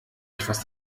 etwas